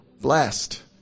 blessed